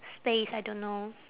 space I don't know